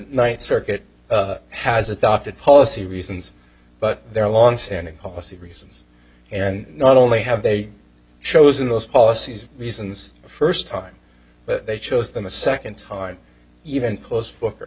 ninth circuit has adopted policy reasons but there are longstanding policy reasons and not only have they chosen those policies reasons the first time but they chose then the second time even close booker